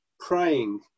praying